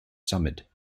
summit